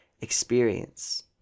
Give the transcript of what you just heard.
experience